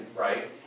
right